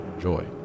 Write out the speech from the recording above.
joy